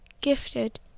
Gifted